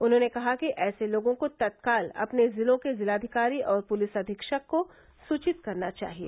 उन्होंने कहा कि ऐसे लोगों को तत्काल अपने जिलों के जिलाधिकारी और पुलिस अधीक्षक को सुचित करना चाहिए